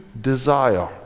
desire